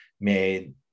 made